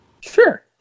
Sure